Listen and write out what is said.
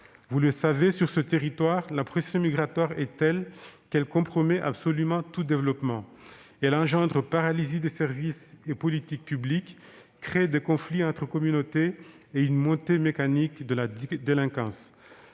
Vous le savez, sur ce territoire, la pression migratoire est telle qu'elle compromet absolument tout développement. Elle engendre paralysie des services et politiques publiques, crée des conflits entre communautés, et une montée mécanique de la délinquance.